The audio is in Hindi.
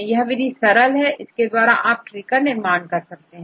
यह विधि सरल है इसके द्वारा आप ट्री का निर्माण कर सकते हैं